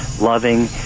loving